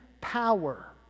power